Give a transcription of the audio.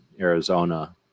Arizona